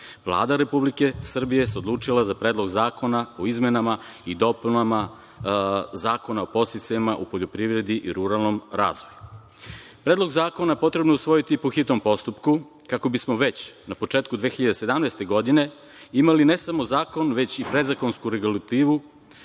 Vlada Republike Srbije se odlučila za Predlog zakona o izmenama i dopunama Zakona o podsticajima u poljoprivredi i ruralnom razvoju. Predlog Zakona potrebno je usvojiti po hitnom postupku, kako bismo već, na početku 2017. godine, imali ne samo zakon, već i predzakonsku regulativu,